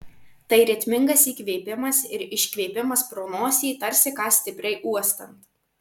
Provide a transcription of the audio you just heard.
tai ritmingas įkvėpimas ir iškvėpimas pro nosį tarsi ką stipriai uostant